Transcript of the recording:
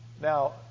Now